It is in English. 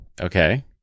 Okay